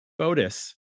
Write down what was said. BOTUS